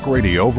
Radio